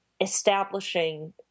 establishing